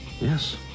Yes